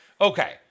okay